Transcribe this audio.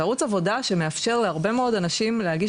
זה ערוץ עבודה שמאפשר להרבה מאוד אנשים להגיש